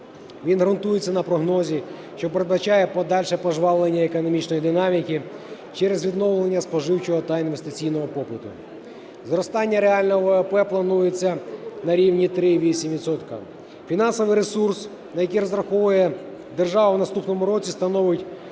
Він ґрунтується на прогнозі, що передбачає подальше пожвавлення економічної динаміки через відновлення споживного та інвестиційного побуту. Зростання реального ВВП планується на рівні 3,8 відсотка. Фінансовий ресурс, на який розраховує держава в наступному році, становить